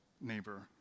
neighbor